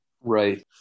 right